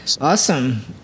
Awesome